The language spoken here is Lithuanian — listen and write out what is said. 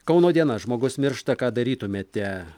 kauno diena žmogus miršta ką darytumėte